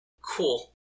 Cool